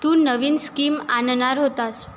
तू नवीन स्कीम आणणार होतास